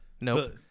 Nope